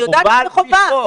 אני יודעת שזה חובה.